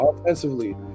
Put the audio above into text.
offensively